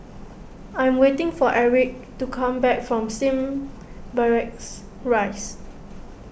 I am waiting for Erich to come back from Slim Barracks Rise